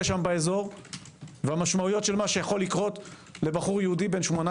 שם באזור והמשמעויות של מה שיכולת לקרות לבחור יהודי בן 18,